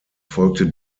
folgte